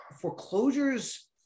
foreclosures